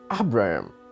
Abraham